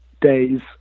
days